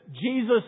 Jesus